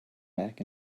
back